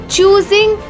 Choosing